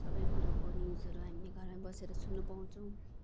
सबै कुरोको न्युजहरू हामीले घरमै बसेर सुन्नु पाउँछौँ